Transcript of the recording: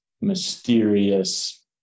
mysterious